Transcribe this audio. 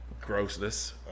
Grossness